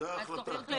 זו ההחלטה.